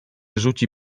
rzuci